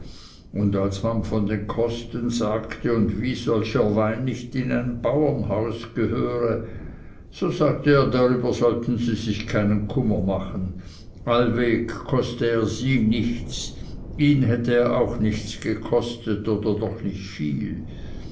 und als man von den kosten sagte und wie solcher wein nicht in ein bauernhaus gehöre so sagte er darüber sollten sie sich keinen kummer machen allweg koste er sie nichts ihn hätte er auch nichts gekostet oder doch nicht viel